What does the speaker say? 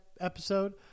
episode